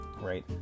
right